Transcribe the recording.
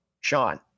Sean